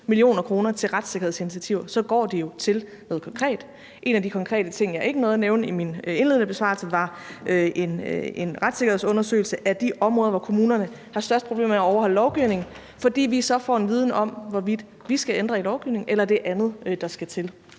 mio. kr. til retssikkerhedsinitiativer, nemlig at de går til noget konkret. En af de konkrete ting, jeg ikke nåede at nævne i min indledende besvarelse, er en retssikkerhedsundersøgelse af de områder, hvor kommunerne har de største problemer med at overholde lovgivningen, fordi vi så får en viden om, hvorvidt vi skal ændre i lovgivningen eller det er andet, der skal til.